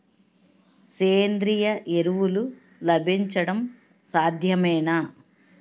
సేంద్రీయ ఎరువులు లభించడం సాధ్యమేనా?